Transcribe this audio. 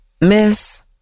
Miss